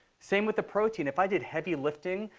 same with the protein, if i did heavy lifting,